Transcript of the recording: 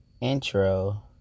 intro